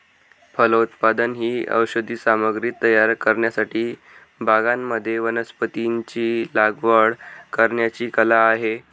फलोत्पादन ही औषधी सामग्री तयार करण्यासाठी बागांमध्ये वनस्पतींची लागवड करण्याची कला आहे